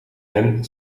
hen